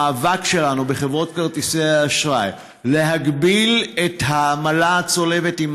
המאבק שלנו בחברות כרטיסי האשראי הוא כדי להגביל את העמלה הצולבת עם